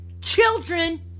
children